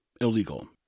illegal